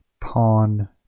Pawn